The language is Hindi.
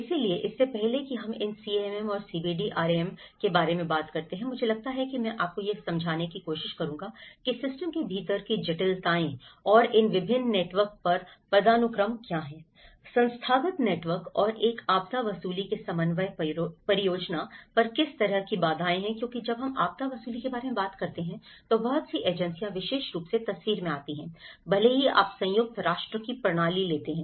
इसलिए इससे पहले कि हम इन सीएएम और सीबीडीआरएम के बारे में बात करते हैं मुझे लगता है कि मैं आपको यह समझाने की कोशिश करूंगा कि सिस्टम के भीतर की जटिलताएं और इन विभिन्न नेटवर्क पर पदानुक्रम क्या हैं संस्थागत नेटवर्क और एक आपदा वसूली के समन्वय परियोजना पर किस तरह की बाधाएं हैं क्योंकि जब हम आपदा वसूली के बारे में बात करते हैं तो बहुत सी एजेंसियां विशेष रूप से तस्वीर में आती हैं भले ही आप संयुक्त राष्ट्र की प्रणाली लेते हैं